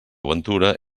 ventura